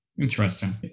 Interesting